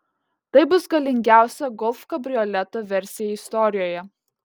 tai bus galingiausia golf kabrioleto versija istorijoje